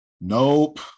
nope